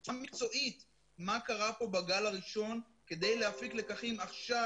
בצורה מקצועית מה קרה פה בגל הראשון כדי להפיק לקחים עכשיו,